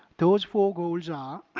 those four goals are,